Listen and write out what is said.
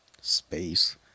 space